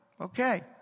Okay